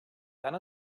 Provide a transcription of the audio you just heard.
tant